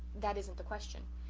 that isn't the question.